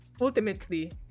ultimately